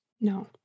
No